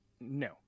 No